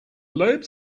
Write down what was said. lobes